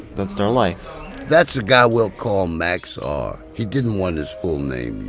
that's their life that's the guy we'll call max r. he didn't want his full name